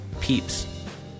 peeps